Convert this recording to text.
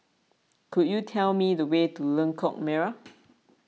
could you tell me the way to Lengkok Merak